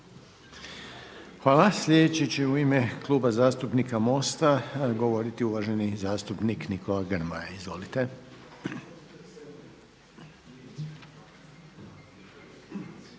itd. Sljedeći će u ime Kluba zastupnika MOST-a govoriti uvaženi zastupnik Nikola Grmoja. Molim?